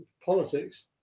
politics